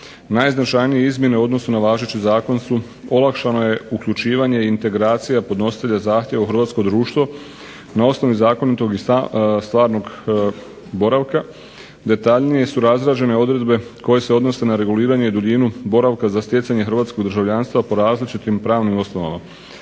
Najznačajnije izmjene u odnosu na važeći zakon su olakšano je uključivanje i integracija podnositelja zahtjeva u hrvatsko društvu na osnovi zakonitog i stvarnog boravka, detaljnije su razrađene odredbe koje se odnose na reguliranje i duljinu boravka za stjecanje hrvatskog državljanstva po različitim pravnim osnovama.